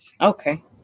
Okay